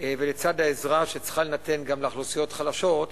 ולצד העזרה שצריכה להינתן גם לאוכלוסיות חלשות,